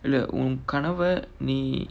இல்ல உன் கனவ நீ:illa un kanava nee